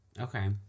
Okay